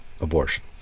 abortion